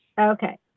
Okay